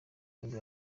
nibwo